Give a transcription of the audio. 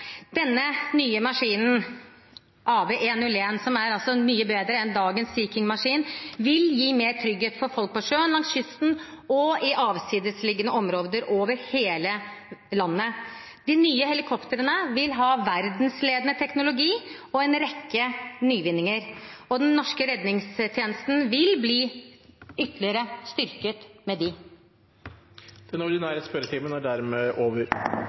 nye maskinen AW101, som er mye bedre enn dagens Sea King-maskin, vil gi mer trygghet for folk på sjøen, langs kysten og i avsidesliggende områder over hele landet. De nye helikoptrene vil ha verdensledende teknologi og en rekke nyvinninger. Den norske redningstjenesten vil bli ytterligere styrket med dem. Dette spørsmålet er utsatt til neste spørretime. Den ordinære spørretimen er dermed over.